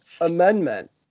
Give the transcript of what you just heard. Amendment